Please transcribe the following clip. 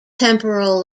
temporal